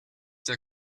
der